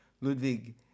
Ludwig